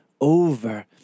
over